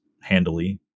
handily